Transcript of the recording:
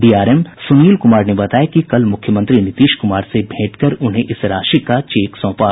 DRM Sunil Kumar ने कल मुख्यमंत्री नीतीश कुमार से भेंट कर उन्हें इस राशि का चेक सौंपा